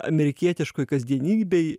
amerikietiškoj kasdienybėj